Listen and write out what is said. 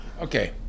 Okay